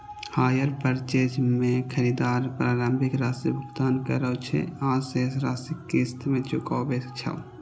hire purchase मे खरीदार प्रारंभिक राशिक भुगतान करै छै आ शेष राशि किस्त मे चुकाबै छै